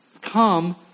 Come